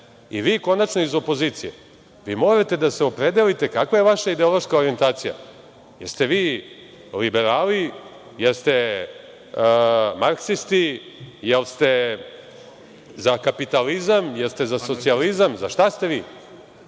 Vi, konačno, iz opozicije, morate da se opredelite kakva je vaša ideološka orijentacija, jeste li vi liberali, jeste li marksisti, jeste li za kapitalizam, jeste li za socijalizam, za šta ste